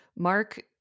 Mark